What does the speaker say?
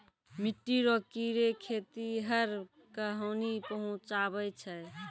मिट्टी रो कीड़े खेतीहर क हानी पहुचाबै छै